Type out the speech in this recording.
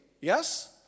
yes